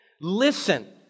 Listen